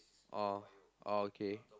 orh orh okay